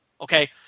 Okay